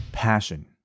passion